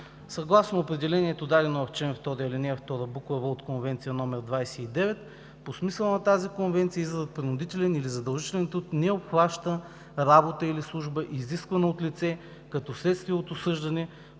Съгласно определението, дадено в чл. 2, ал. 2, буква „в“ от Конвенция № 29 „По смисъла на тази конвенция изразът „принудителен“ или „задължителен труд“ не обхваща работа или служба, изисквана от лице като следствие от осъждане,